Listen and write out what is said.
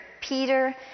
Peter